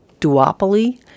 duopoly